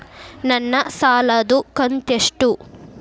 ನನ್ನ ಸಾಲದು ಕಂತ್ಯಷ್ಟು?